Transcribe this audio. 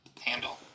handle